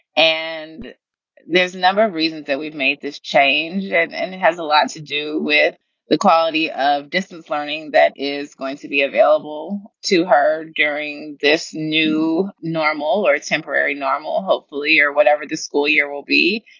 and there's no reason that we've made this change. and and it has a lot to do with the quality of distance learning that is going to be available to her during this new normal or temporary normal, hopefully, or whatever the school year will be.